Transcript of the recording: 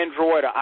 Android